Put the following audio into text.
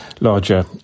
larger